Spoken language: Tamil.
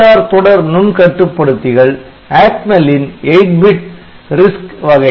AVR தொடர் நுண் கட்டுப்படுத்திகள் ATMEL ன் 8 பிட் RISC வகை